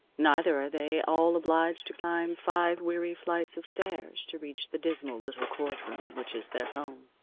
neither are they all obliged to climb five weary flights of stairs to reach the dismal little court room which is their home,